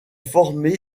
formé